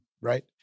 right